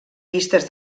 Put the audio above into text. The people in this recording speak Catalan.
pistes